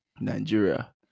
Nigeria